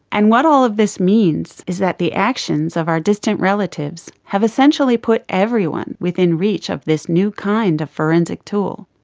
and what all of this means is that the actions of our distant relatives have essentially put everyone within reach of this new kind of forensic tool.